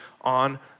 on